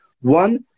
One